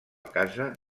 casa